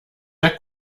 der